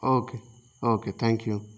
okay okay thank you